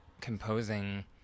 composing